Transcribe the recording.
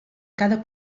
cada